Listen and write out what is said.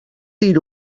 dir